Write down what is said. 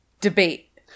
debate